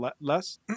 Less